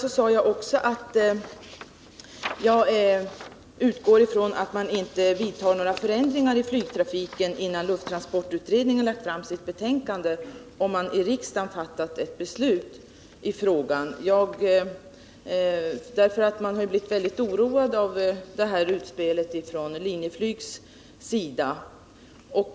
Men jag sade också att jag utgår från att man inte kommer att vidta några förändringar i flygtrafiken innan dels lufttransportutredningen lagt fram sitt betänkande, dels riksdagen fattat ett beslut i frågan. Anledningen till denna inställning är att man har blivit mycket oroad över det utspel som Linjeflyg gjort.